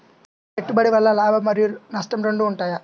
పెట్టుబడి వల్ల లాభం మరియు నష్టం రెండు ఉంటాయా?